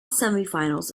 semifinals